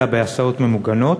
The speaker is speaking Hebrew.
אלא בהסעות ממוגנות,